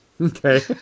Okay